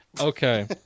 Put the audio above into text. Okay